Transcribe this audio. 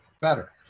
better